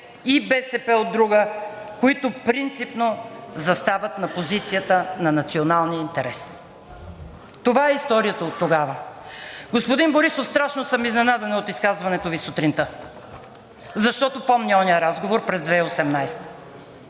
и БСП, от друга, които принципно застават на позицията на националния интерес. Това е историята от тогава. Господин Борисов, страшно съм изненадана от изказването Ви сутринта, защото помня онзи разговор през 2018